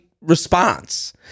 response